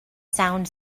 sound